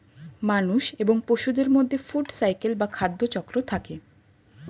মানুষ এবং পশুদের মধ্যে ফুড সাইকেল বা খাদ্য চক্র থাকে